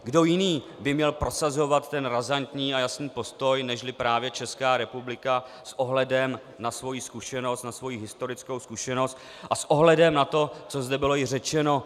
Kdo jiný by měl prosazovat razantní a jasný postoj než právě Česká republika s ohledem na svoji zkušenost, na svoji historickou zkušenost a s ohledem na to, co zde bylo již řečeno?